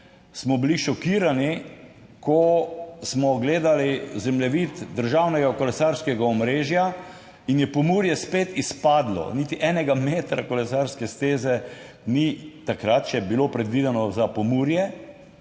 smo bili šokirani, ko smo gledali zemljevid državnega kolesarskega omrežja in je Pomurje spet izpadlo, niti enega metra kolesarske steze ni takrat še bilo predvideno za Pomurje,